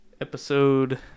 episode